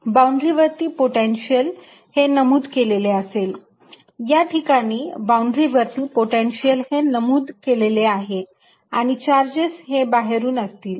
boundary वरती potential हे नमूद केलेले असेल या ठिकाणी बाउंड्री वरती पोटेन्शियल हे नमूद केलेले असेल आणि चार्जेस हे बाहेरून असतील